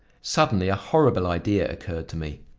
suddenly a horrible idea occurred to me.